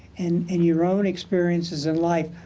and and your own experiences in life,